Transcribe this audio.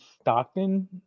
Stockton